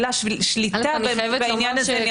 המילה "שליטה" בעניין הזה,